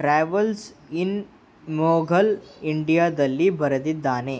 travels in Mughal ಇಂಡಿಯಾದಲ್ಲಿ ಬರೆದಿದ್ದಾನೆ